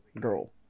girl